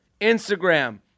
Instagram